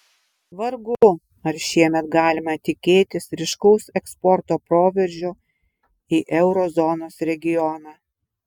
vargu ar šiemet galima tikėtis ryškaus eksporto proveržio į euro zonos regioną